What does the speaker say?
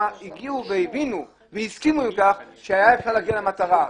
הבינו והסכימו עם כך שאפשר היה להגיע למטרה.